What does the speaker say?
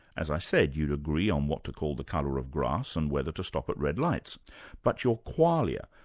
as i said you'd agree on what to call the colour of grass and whether to stop at red lights but your qualia,